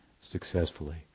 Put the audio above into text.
successfully